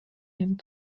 dem